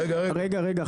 זה לא נכון.